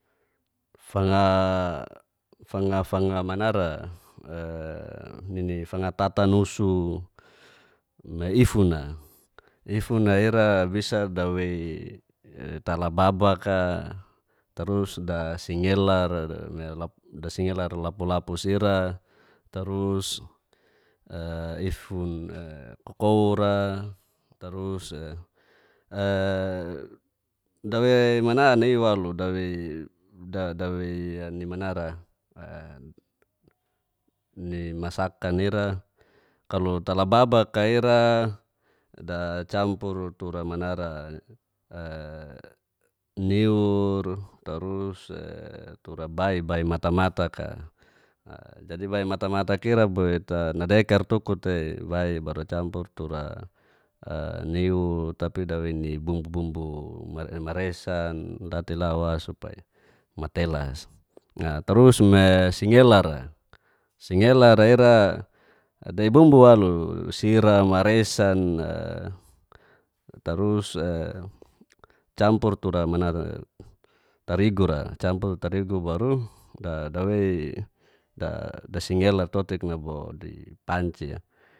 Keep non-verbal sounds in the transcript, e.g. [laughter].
. [hesitation] nini fanga tata nusu me ifun'a ifuna ira bisa dawei talababak'a, tarus dasingelar tapu-lapus ira tarus ifun kokour'a dawei mana nai i'walu [hesitation] ni masakan ira kalo tala babak'a ira dcampur tura manara [hesitation] niur tarus tura bai matamatak'a dadi bai matamatak ira boit nadekar tuku tei bai bar dacampur tura niu tapi dawei ni bumbu-bumbu maresan latela wa supai mtelas, terus me singelar'a ira dei bumbu walu sira, maresa, [hesitation] campur tura tarigura campu tu tarigu baru [hesitation] dawe dsingelar totik nabo di panci'a.